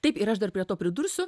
taip ir aš dar prie to pridursiu